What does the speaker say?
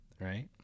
Right